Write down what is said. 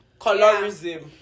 colorism